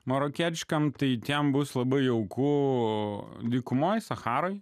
marokietiškam tai tiem bus labai jauku dykumoj sacharoj